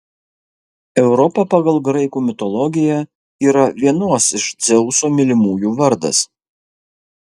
europa pagal graikų mitologiją yra vienos iš dzeuso mylimųjų vardas